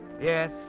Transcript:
Yes